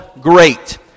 great